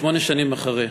שמונה שנים אחרי,